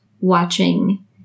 watching